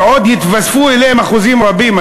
שעוד יתווספו אליהם אחוזים רבים,